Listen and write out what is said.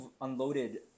unloaded